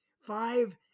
Five